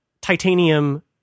titanium